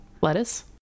Lettuce